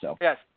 Yes